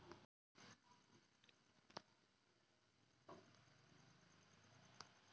टणक लाकूड रुंद पट्ट्याच्या समशीतोष्ण आणि उष्णकटिबंधीय जंगलांमध्ये मिळतात